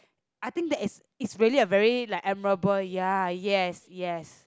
I think that is it's really very like admirable ya yes yes